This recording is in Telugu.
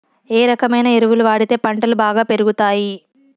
ఏ రకమైన ఎరువులు వాడితే పంటలు బాగా పెరుగుతాయి?